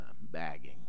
bagging